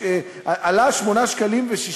אחרי זה תתקן ותגיד מה קרה שם,